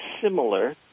similar